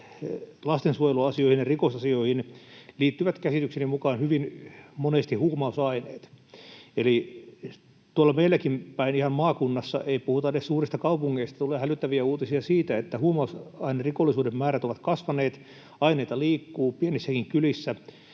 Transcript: lastensuojeluasioihin ja rikosasioihin liittyvät käsitykseni mukaan hyvin monesti huumausaineet. Tuolta meiltäkin päin, ihan maakunnasta, ei puhuta edes suurista kaupungeista, tulee hälyttäviä uutisia siitä, että huumausainerikollisuuden määrät ovat kasvaneet, aineita liikkuu pienissäkin kylissä